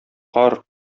кар